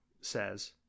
says